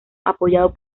apoyado